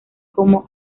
como